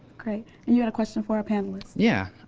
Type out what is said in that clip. great, and you had a question for our panelists? yeah,